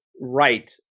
right